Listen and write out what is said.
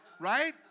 right